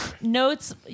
Notes